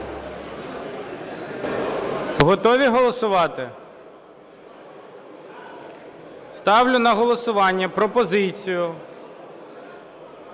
Готові голосувати? Ставлю на голосування пропозицію